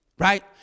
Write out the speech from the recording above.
Right